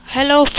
Hello